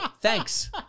Thanks